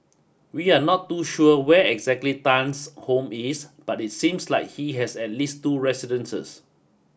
we are not too sure where exactly Tan's home is but it seems like he has at least two residences